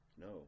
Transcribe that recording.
No